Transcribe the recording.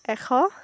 এশ